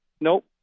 Nope